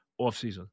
offseason